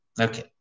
okay